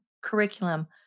curriculum